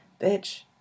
Bitch